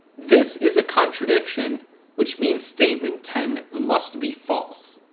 this is a contradiction which means statement ten must be false.